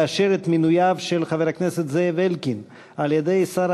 לאשר את מינויו של חבר הכנסת זאב אלקין על-ידי שר